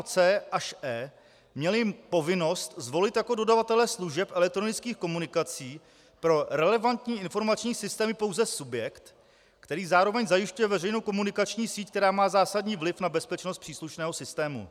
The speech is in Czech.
c) až e) měly povinnost zvolit jako dodavatele služeb elektronických komunikací pro relevantní informační systémy pouze subjekt, který zároveň zajišťuje veřejnou komunikacní síť, která má zásadní vliv na bezpečnost příslušného systému.